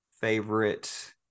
favorite